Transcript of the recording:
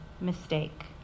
mistake